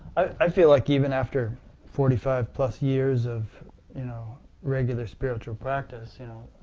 i feel like even after forty five plus years of you know regular spiritual practice, you know,